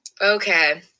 Okay